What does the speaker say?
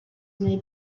may